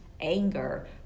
anger